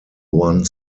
one